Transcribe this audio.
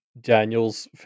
daniel's